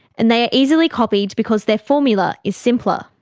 and they are easily copied because their formula is simpler.